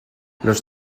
los